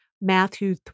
Matthew